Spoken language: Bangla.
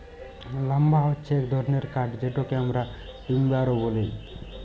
লাম্বার হচ্যে এক ধরলের কাঠ যেটকে আমরা টিম্বার ও ব্যলে থাকি